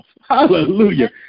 Hallelujah